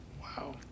Wow